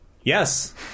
Yes